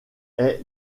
est